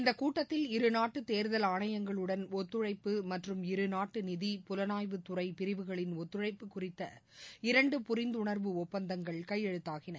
இந்தக் கூட்டத்தில் இருநாட்டு தேர்தல் ஆணையங்களுடன் ஒத்துழைப்பு மற்றும் இருநாட்டு நிதி புலனாய்வுத்துறை பிரிவுகளின் ஒத்துழைப்பு குறித்த இரண்டு புரிந்துணா்வு ஒப்பந்தங்கள் கையெழுத்தாகின